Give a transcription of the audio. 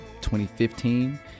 2015